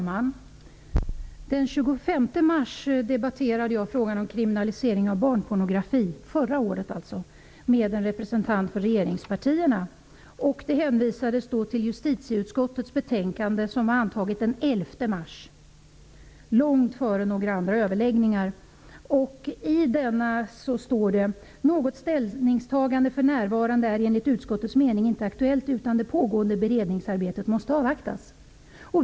Fru talman! Den 25 mars -- förra året alltså -- debatterade jag frågan om kriminalisering av barnpornografi med en representant för regeringspartierna. Det hänvisades då till justitieutskottets betänkande, som antagits den 11 mars, långt före några andra överläggningar. I detta betänkande står det: Något ställningstagande för närvarande är enligt utskottets mening inte aktuellt, utan det pågående beredningsarbetet måste avvaktas.